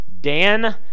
Dan